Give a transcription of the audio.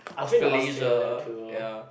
Australasia ya